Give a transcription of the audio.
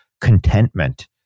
contentment